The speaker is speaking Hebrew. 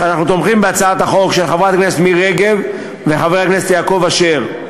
אנחנו תומכים בהצעת החוק של חברת הכנסת מירי רגב וחבר הכנסת יעקב אשר.